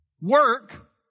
work